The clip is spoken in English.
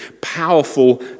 powerful